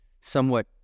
somewhat